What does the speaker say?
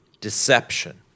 deception